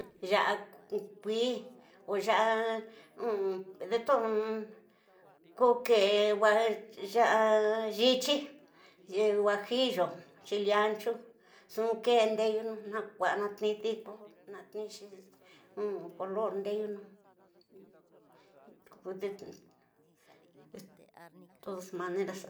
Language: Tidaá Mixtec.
Ya'a kui, o ya'a koke ya'a yityi guajilyo, chile ancho, nxu ke ndeyu un na ku'a na tni diko, na tnixi color ndeyunu.